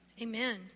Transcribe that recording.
Amen